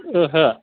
ओहो